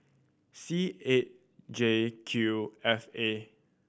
C eight J Q F A